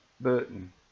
Burton